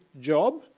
job